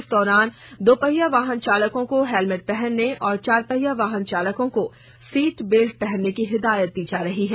इस दौरान दो पहिया वाहन चालकों को हेलमेट पहनने और चार पहिया वाहन चालकों को सीट बेल्ट पहनने की हिदायत दी जा रही है